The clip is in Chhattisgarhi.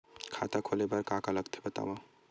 खाता खोले बार का का लगथे बतावव?